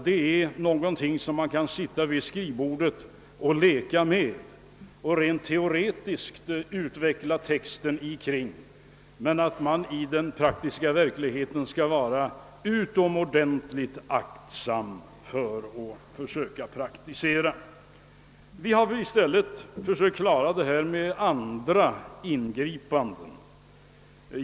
Det är någonting som man kan sitta och leka med vid sitt skrivbord och rent teoretiskt utveckla texten kring, men jag tror man skall vara utomordentligt aktsam när det gäller att tillämpa systemet ute i den praktiska verkligheten. Vi har för vår del försökt klara problemen med andra ingripanden.